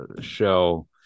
show